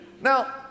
now